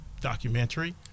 documentary